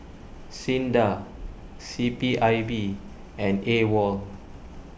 Sinda C P I B and Awol